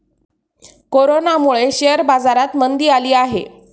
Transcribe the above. कोरोनामुळे शेअर बाजारात मंदी आली आहे